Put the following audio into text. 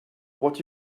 what